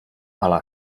ala